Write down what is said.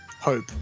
Hope